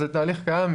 זה תהליך קיים,